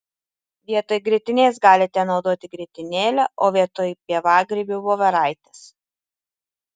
vietoj grietinės galite naudoti grietinėlę o vietoj pievagrybių voveraites